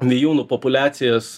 vijūnų populiacijas